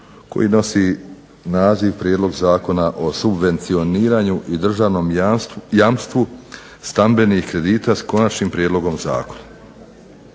koji nosi naziv Prijedlog Zakona o subvencioniranju i državnom jamstvu stambenih kredita, s konačnim prijedlogom zakona.